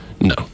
no